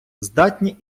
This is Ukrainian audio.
здатні